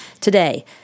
today